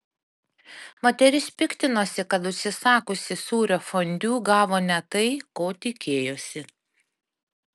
moteris piktinosi kad užsisakiusi sūrio fondiu gavo ne tai ko tikėjosi